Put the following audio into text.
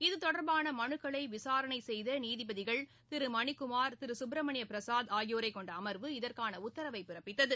இது தொடர்பான மனுக்களை விசாரணை செய்த நீதிபதிகள் திரு மணிக்குமார் திரு சுப்ரமணிய பிரசாத் ஆகியோரைக் கொண்ட அமர்வு இதற்கான உத்தரவை பிறப்பித்தது